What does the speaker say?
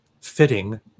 fitting